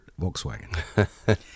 Volkswagen